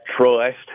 trust